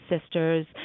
sisters